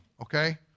okay